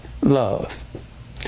love